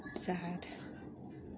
sad